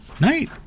night